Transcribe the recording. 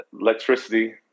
electricity